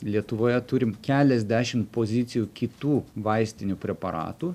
lietuvoje turim keliasdešim pozicijų kitų vaistinių preparatų